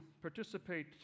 participate